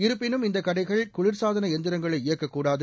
இருப்பினும் இந்த கடைகள் குளிர்சாதன எந்திரங்களை இயக்கக்கூடாது